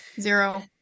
zero